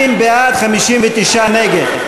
60 בעד, 59 נגד.